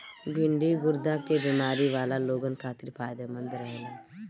भिन्डी गुर्दा के बेमारी वाला लोगन खातिर फायदमंद रहेला